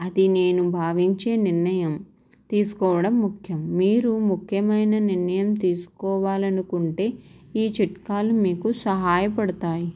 అది నేను భావించే నిర్ణయం తీసుకోవడం ముఖ్యం మీరు ముఖ్యమైన నిర్ణయం తీసుకోవాలనుకుంటే ఈ చిట్కాలు మీకు సహాయపడతాయి